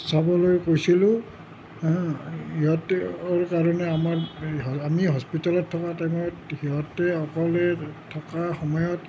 চাবলৈ কৈছিলো সেইকাৰণে আমি হস্পিটেলত থকাৰ টাইমত সিহঁতে অকলে থকা সময়ত